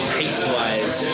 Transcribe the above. taste-wise